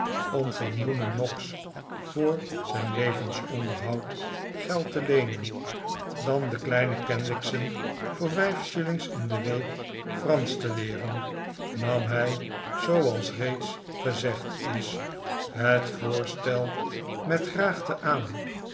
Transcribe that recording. om van newman noggs voor zijn levensonderhoud geld te leenen dan de kleine kenwigs'en voor vijf shillings in de week fransch te leeren nam hij zooals reeds gezegd is het voorstel met graagte aah